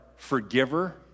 forgiver